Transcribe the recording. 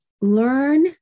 learn